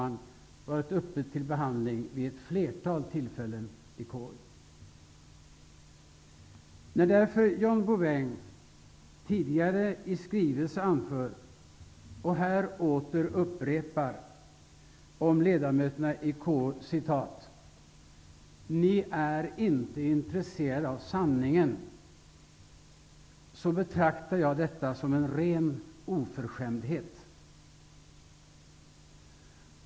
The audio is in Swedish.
När John Bouvin därför tidigare i en skrivelse anför och här åter upprepar om ledamöterna i KU att de inte är intresserade av sanningen, betraktar jag detta som en ren oförskämdhet.